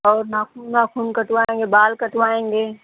और नाख़ून वाख़ून कटवाएँगे बाल कटवाएँगे